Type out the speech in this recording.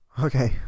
Okay